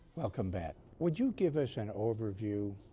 welcome back would you give us an overview